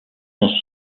sont